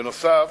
בנוסף,